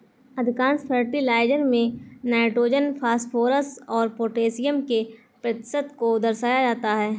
अधिकांश फर्टिलाइजर में nitrogen, phosphorus और पौटेशियम के प्रतिशत को दर्शाया जाता है